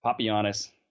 Papianis